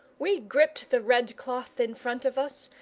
we gripped the red cloth in front of us,